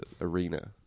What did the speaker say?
arena